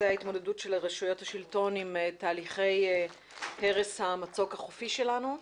ההתמודדות של רשויות השלטון עם תהליכי הרס המצוק החופי שלנו.